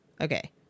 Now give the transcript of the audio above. Okay